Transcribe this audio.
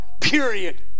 period